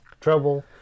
trouble